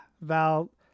Val